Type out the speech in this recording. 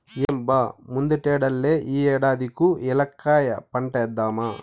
ఏం బా ముందటేడల్లే ఈ ఏడాది కూ ఏలక్కాయ పంటేద్దామా